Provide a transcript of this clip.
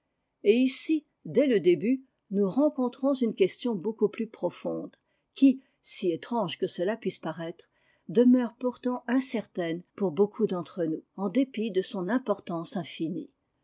et ici dès le début nous rencontrons une question beaucoup plus profonde qui si étrange que cela puisse paraître demeure pourtant incertaine pour beaucoup d'entre nous en dépit de son importance infinie